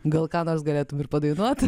gal ką nors galėtų ir padainuoti